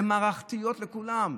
הן מערכתיות לכולם.